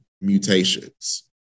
mutations